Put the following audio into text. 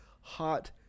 hot